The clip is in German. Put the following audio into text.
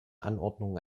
anordnungen